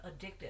addictive